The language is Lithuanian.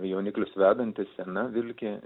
jauniklius vedanti sena vilkė